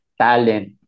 talent